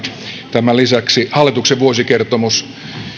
tämän lisäksi hallituksen vuosikertomus